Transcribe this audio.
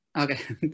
Okay